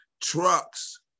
trucks